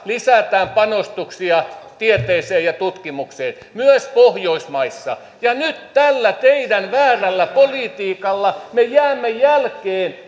lisätään panostuksia tieteeseen ja tutkimukseen myös pohjoismaissa niin nyt tällä teidän väärällä politiikallanne me jäämme jälkeen